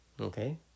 Okay